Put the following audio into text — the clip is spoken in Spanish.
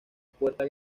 puerta